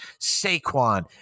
Saquon